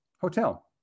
Hotel